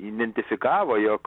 identifikavo jog